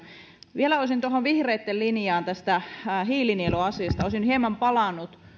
vielä olisin tuohon vihreitten linjaan tästä hiilinieluasiasta hieman palannut